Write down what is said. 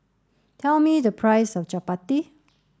tell me the price of Chapati